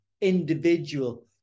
individual